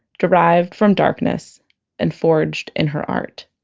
derived from darkness and forged in her art